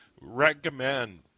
recommend